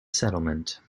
settlement